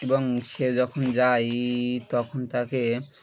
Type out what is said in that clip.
এবং সে যখন যাই তখন তাকে